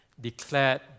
declared